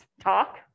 talk